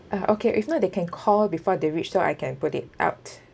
ah okay if not they can call before they reached so I can put it out